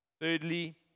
Thirdly